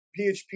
php